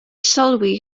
sylwi